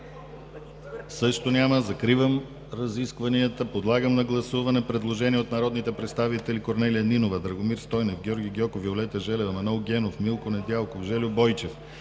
Също няма. Закривам разискванията. Подлагам на гласуване предложение от народните представители Корнелия Нинова, Драгомир Стойнев, Георги Гьоков, Виолета Желева, Манол Генов, Милко Недялков, Жельо Бойчев,